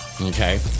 Okay